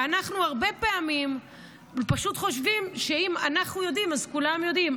אנחנו הרבה פעמים פשוט חושבים שאם אנחנו יודעים אז כולם יודעים.